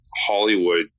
Hollywood